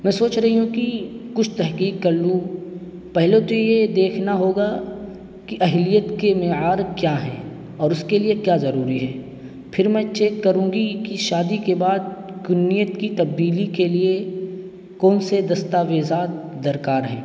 میں سوچ رہی ہوں کہ کچھ تحقیق کر لوں پہلے تو یہ دیکھنا ہوگا کہ اہلیت کے معیار کیا ہیں اور اس کے لیے کیا ضروری ہے پھر میں چیک کروں گی کہ شادی کے بعد رکنیت کی تبدیلی کے لیے کون سے دستاویزات درکار ہیں